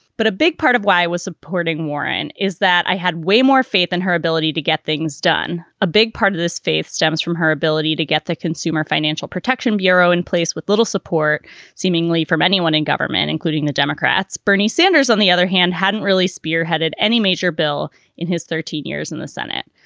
but a big part of why was supporting warren is that i had way more faith in her ability to get things done. a big part of this faith stems from her ability to get the consumer financial protection bureau in place with little support seemingly from anyone in government, including the democrats. bernie sanders, on the other hand, hadn't really spearheaded any major bill in his thirteen years in the senate.